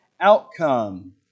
outcome